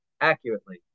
accurately